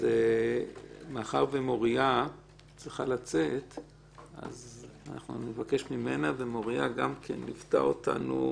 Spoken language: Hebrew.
מאחר ומוריה צריכה לצאת אז אנחנו נבקש ממנה - ומוריה גם ליוותה אותנו